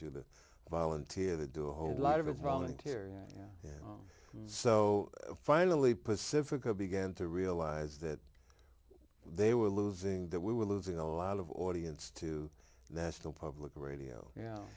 to the volunteer to do a whole lot of of volunteer and home so finally pacifica began to realize that they were losing that we were losing a lot of audience to national public radio yeah